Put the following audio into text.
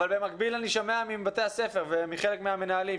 אבל במקביל אני שומע מבתי הספר ומחלק מהמנהלים,